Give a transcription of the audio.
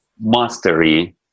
mastery